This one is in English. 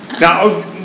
now